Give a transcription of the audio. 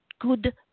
good